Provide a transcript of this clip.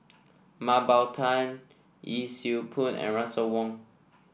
Mah Bow Tan Yee Siew Pun and Russel Wong